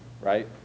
right